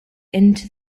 into